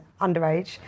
underage